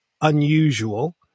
unusual